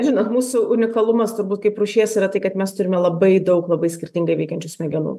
žinot mūsų unikalumas turbūt kaip rūšies yra tai kad mes turime labai daug labai skirtingai veikiančių smegenų